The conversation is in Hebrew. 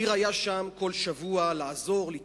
ניר היה שם בכל שבוע לעזור, לתמוך.